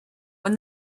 when